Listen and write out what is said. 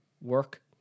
work